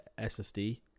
ssd